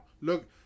Look